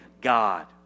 God